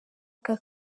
aka